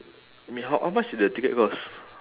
I mean ho~ how much is the ticket cost